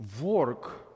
work